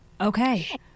Okay